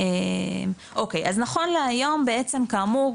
אוקי, אז נכון להיום בעצם כאמור